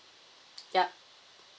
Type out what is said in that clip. yup